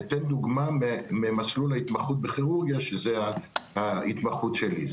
אתן דוגמה ממסלול ההתמחות בכירורגיה שהיא ההתמחות שלי.